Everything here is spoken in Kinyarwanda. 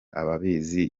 ababizi